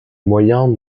moyens